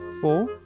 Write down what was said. four